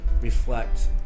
reflect